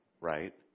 Right